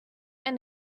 and